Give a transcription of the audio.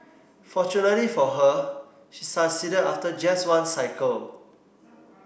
fortunately for her she succeeded after just one cycle